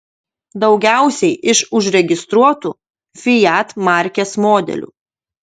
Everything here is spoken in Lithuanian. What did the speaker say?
daugiausiai iš užregistruotų fiat markės modelių